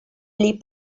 pli